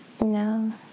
No